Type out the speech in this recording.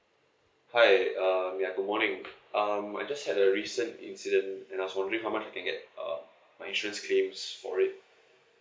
hi um ya good morning um I just had a recent incident and I was wondering how much I can get uh my insurance claims for it